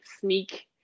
sneak